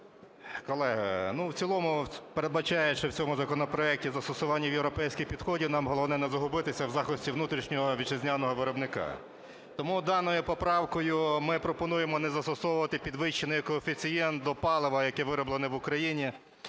Колеги, ну в цілому передбачають, що в цьому законопроекті застосування європейських підходів, нам головне не загубитися в захисті внутрішнього вітчизняного виробника. Тому даною поправкою ми пропонуємо не застосовувати підвищений коефіцієнт до палива, яке вироблено в Україні